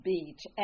Beach